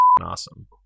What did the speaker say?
awesome